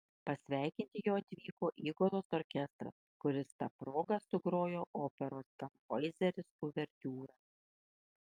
pasveikinti jo atvyko įgulos orkestras kuris ta proga sugrojo operos tanhoizeris uvertiūrą